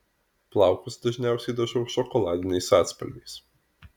plaukus dažniausiai dažau šokoladiniais atspalviais